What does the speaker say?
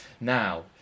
Now